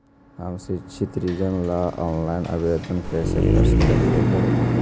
हम शैक्षिक ऋण ला ऑनलाइन आवेदन कैसे कर सकली हे?